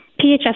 PHS